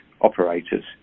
operators